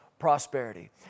prosperity